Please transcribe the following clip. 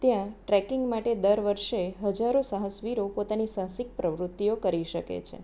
ત્યાં ટ્રેકિંગ માટે દર વર્ષે હજારો સહાસવીરો પોતાની સાહસિક પ્રવૃત્તિઓ કરી શકે છે